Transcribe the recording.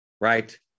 right